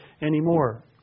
anymore